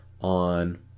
on